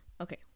okay